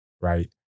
Right